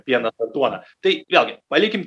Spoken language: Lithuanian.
pienas ar duona tai vėlgi palikim